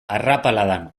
arrapaladan